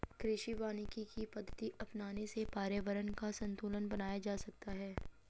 कृषि वानिकी की पद्धति अपनाने से पर्यावरण का संतूलन बनाया जा सकता है